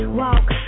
walk